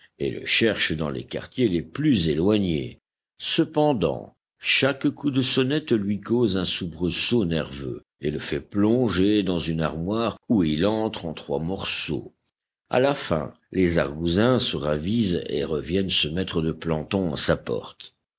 et le cherchent dans les quartiers les plus éloignés cependant chaque coup de sonnette lui cause un soubresaut nerveux et le fait plonger dans une armoire où il entre en trois morceaux à la fin les argousins se ravisent et reviennent se mettre de planton à sa porte